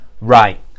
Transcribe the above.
Right